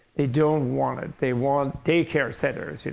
they don't want they want daycare centers. yeah